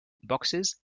boxes